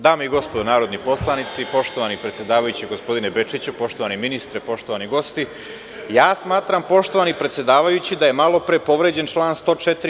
Dame i gospodo narodni poslanici, poštovani predsedavajući gospodine Bečiću, poštovani ministre, poštovani gosti, smatram da je malopre povređen član 104.